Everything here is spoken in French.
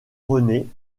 renée